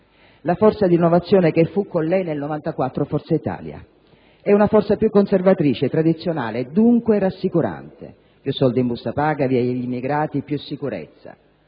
la forza di innovazione che fu con lei nel 1994 Forza Italia. È una forza più conservatrice, tradizionale e, dunque, rassicurante: più soldi in busta paga, via gli immigrati, più sicurezza.